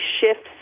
shifts